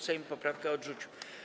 Sejm poprawkę odrzucił.